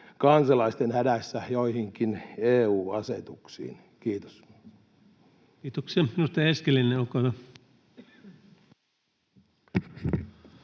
kansalaisten hädässä joihinkin EU-asetuksiin. — Kiitos. Kiitoksia. — Edustaja Eskelinen,